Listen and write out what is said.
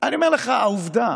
אני אומר לך, העובדה